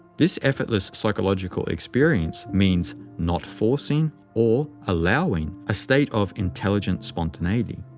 this effortless psychological experience means not forcing or allowing, a state of intelligent spontaneity.